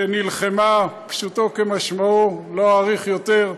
שנלחמה, פשוטו כמשמעו, ולא אאריך יותר,